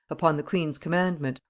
upon the queen's commandment,